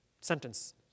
sentence